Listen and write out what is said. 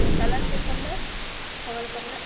colour ᱪᱮᱫ ᱞᱮᱠᱟ ᱢᱮᱱᱟᱜᱼᱟ ᱢᱳᱵᱟᱭᱤᱞ ᱠᱚᱨᱮᱱᱟᱜ